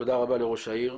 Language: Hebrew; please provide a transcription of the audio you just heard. תודה רבה לראש העיר,